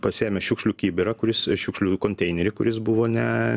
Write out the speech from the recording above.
pasiėmė šiukšlių kibirą kuris šiukšlių konteinerį kuris buvo ne